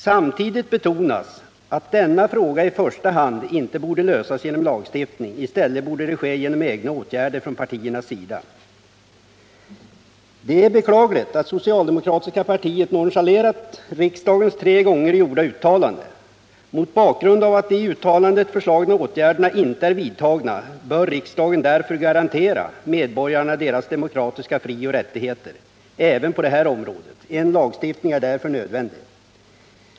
Samtidigt betonas att denna fråga i första hand inte borde lösas genom lagstiftning. I stället bordet det ske genom egna åtgärder från partiernas sida. Det är beklagligt att det socialdemokratiska partiet nonchalerat riksdagens tre gånger gjorda uttalande. Mot bakgrund av att de i uttalandet föreslagna åtgärderna inte är vidtagna bör riksdagen därför garantera medborgarna deras demokratiska frioch rättigheter även på det här området. En lagstiftning är därför nu nödvändig.